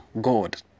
God